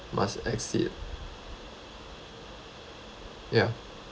must exceed ya